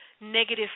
negative